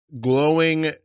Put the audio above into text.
glowing